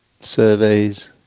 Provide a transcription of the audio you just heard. surveys